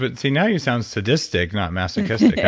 but see now you sound sadistic, not masochistic. yeah